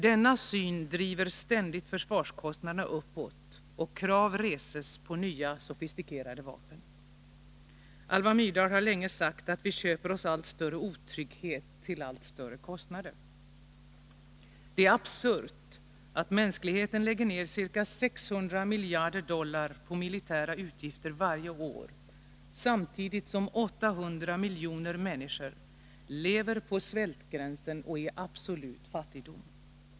Denna syn driver ständigt försvarskostnaderna uppåt och krav reses på nya sofistikerade vapen.” Alva Myrdal har länge sagt att vi köper oss allt större otrygghet till allt större kostnader. Det är absurt att mänskligheten varje år lägger ner ca 600 miljarder dollar på militära utgifter, samtidigt som 800 miljoner människor lever på svältgränsen och i absolut fattigdom.